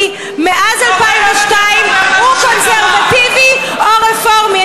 מאז 2002 הוא קונסרבטיבי או רפורמי.